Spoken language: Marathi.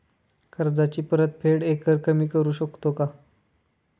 कर्जाची परतफेड एकरकमी करू शकतो का?